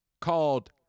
called